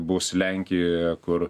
bus lenkijoje kur